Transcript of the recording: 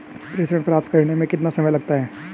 प्रेषण प्राप्त करने में कितना समय लगता है?